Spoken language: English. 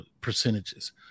percentages